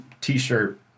t-shirt